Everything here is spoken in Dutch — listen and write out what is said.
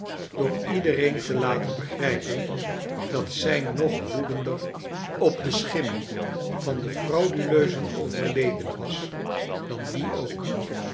door iedereen te laten begrijpen dat zij nog woedender op de schim van den frauduleuzen overledene was dan wie ook